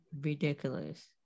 ridiculous